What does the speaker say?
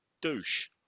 douche